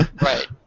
Right